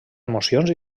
emocions